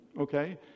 okay